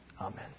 Amen